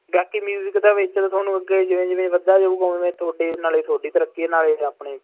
ਬਾਕੀ ਮਿਊਜਿਕ ਦੇ ਵਿੱਚ ਤੁਹਾਨੂੰ ਅੱਗੇ ਜਿਵੇਂ ਜਿਵੇਂ ਵੱਧਦਾ ਜਾਵੇਗਾ ਉਵੇਂ ਤੁਹਾਡੇ ਨਾਲ ਤੁਹਾਡੀ ਤਰੱਕੀ ਨਾਲੇ ਆਪਣੇ